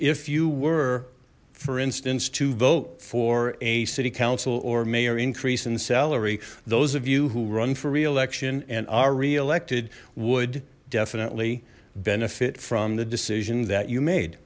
if you were for instance to vote for a city council or mayor increase in salary those of you who run for re election and are re elected would definitely benefit from the decision that you made